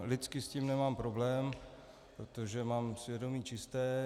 Lidsky s tím nemám problém, protože mám svědomí čisté.